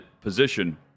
position